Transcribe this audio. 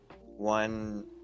One